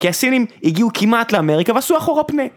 כי הסינים הגיעו כמעט לאמריקה ועשו אחורה פנה